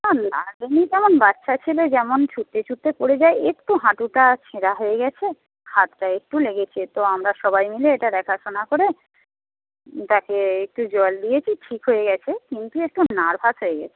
না লাগেনি তেমন বাচ্চা ছেলে যেমন ছুটতে ছুটতে পড়ে যায় একটু হাঁটুটা ছেঁড়া হয়ে গেছে হাতটায় একটু লেগেছে তো আমরা সবাই মিলে এটা দেখাশোনা করে তাকে একটু জল দিয়েছি ঠিক হয়ে গেছে কিন্তু একটু নার্ভাস হয়ে গেছে